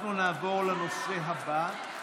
אנחנו נעבור לנושא הבא.